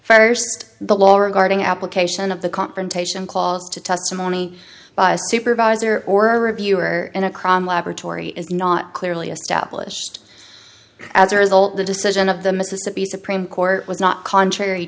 first the law regarding application of the confrontation clause to testimony by a supervisor or a reviewer in a crime laboratory is not clearly established as a result the decision of the mississippi supreme court was not contrary